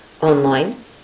online